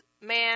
man